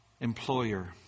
employer